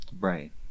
Right